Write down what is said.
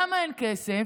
למה אין כסף?